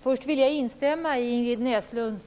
Herr talman! Först vill jag instämma i det Ingrid Näslund